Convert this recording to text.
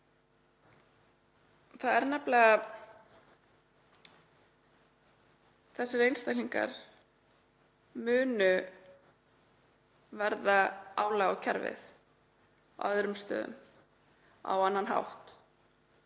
Það er nefnilega þannig að þessir einstaklingar munu verða álag á kerfið á öðrum stöðum, á annan hátt